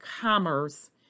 commerce